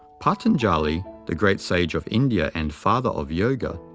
patanjali, the great sage of india and father of yoga,